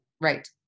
right